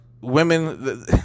women